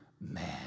man